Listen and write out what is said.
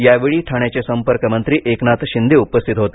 यावेळी ठाण्याचे संपर्कमंत्री एकनाथ शिंदे उपस्थित होते